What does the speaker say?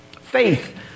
Faith